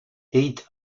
heat